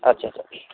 अच्छा अच्छा